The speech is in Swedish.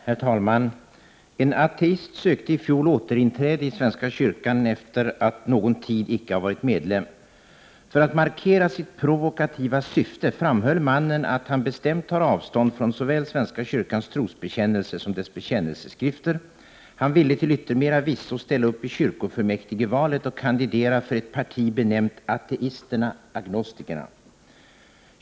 Herr talman! En ateist sökte i fjol återinträde i svenska kyrkan efter att någon tid icke ha varit medlem. För att markera sitt provokativa syfte framhöll mannen att han ”bestämt tar avstånd från såväl svenska kyrkans trosbekännelse som dess bekännelseskrifter”. Han ville till yttermera visso ställa upp i kyrkofullmäktigevalet och kandidera för ett parti benämnt ”Ateisterna/Agnostikerna”.